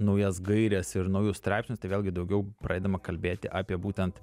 naujas gaires ir naujus straipsnius tai vėlgi daugiau pradedama kalbėti apie būtent